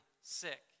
sick